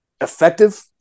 effective